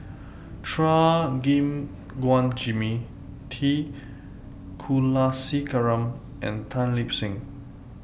Chua Gim Guan Jimmy T Kulasekaram and Tan Lip Seng